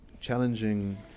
challenging